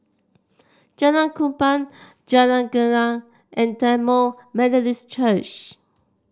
Jalan Kupang Jalan Gelegar and Tamil Methodist Church